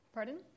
Pardon